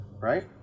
Right